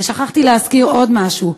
ושכחתי להזכיר עוד משהו: